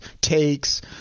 takes